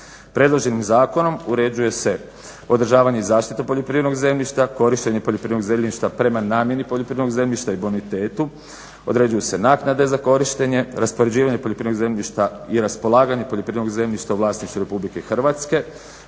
Predloženim zakonom uređuje se održavanje i zaštita poljoprivrednog zemljišta, korištenje poljoprivrednog zemljišta prema namjeni poljoprivrednog zemljišta i bonitetu, određuju se naknade za korištenje, raspoređivanje poljoprivrednog zemljišta i raspolaganje poljoprivrednog zemljišta u vlasništvu Republike Hrvatske,